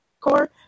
core